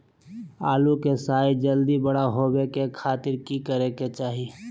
आलू के साइज जल्दी बड़ा होबे के खातिर की करे के चाही?